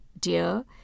dear